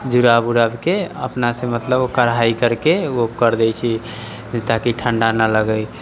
जुड़ाव उड़ावके अपनासँ मतलब कढ़ाइ करके ओ कर दै छी ताकि ठण्डा नहि लगै